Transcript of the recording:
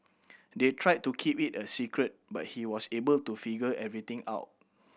they tried to keep it a secret but he was able to figure everything out